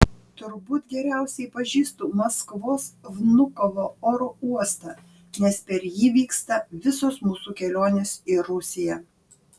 turbūt geriausiai pažįstu maskvos vnukovo oro uostą nes per jį vyksta visos mūsų kelionės į rusiją